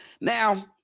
Now